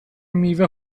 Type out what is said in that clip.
میوه